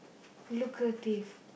lucrative